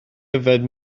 yfed